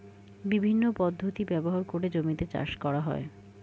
বিভিন্ন পদ্ধতি ব্যবহার করে জমিতে চাষ করা হয়